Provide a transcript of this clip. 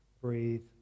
Breathe